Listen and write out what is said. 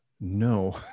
No